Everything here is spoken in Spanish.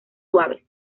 suaves